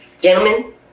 Gentlemen